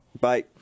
bye